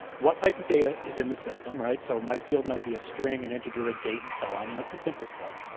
what type of data is in the system, right? so my field might be a string, an integer, a date, and so on. ah it's the simple stuff.